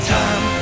time